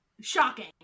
Shocking